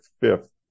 fifth